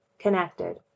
Connected